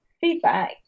feedback